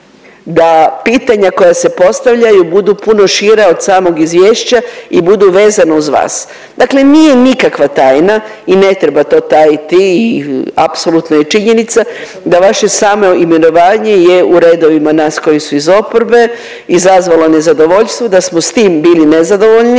da pitanja koja se postavljaju budu puno šira od samog izvješća i budu vezana uz vas. Dakle, nije nikakva tajna i ne treba to tajiti i apsolutno je činjenica da vaše samo imenovanje je u redovima nas koji su iz oporbe izazvalo nezadovoljstvo, da smo s tim bili nezadovoljni,